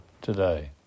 today